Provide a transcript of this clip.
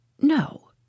No